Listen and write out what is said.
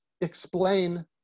explain